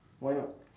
why not